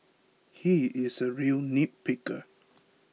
he is a real nitpicker